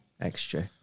extra